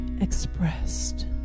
expressed